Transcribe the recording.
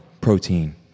protein